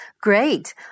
Great